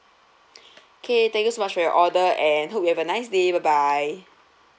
okay thank you so much for your order and hope you have a nice day bye bye